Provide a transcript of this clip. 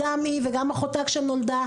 גם היא וגם אחותה כשנולדה,